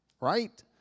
Right